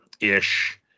Ish